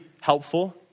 helpful